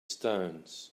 stones